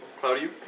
Cloudy